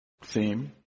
theme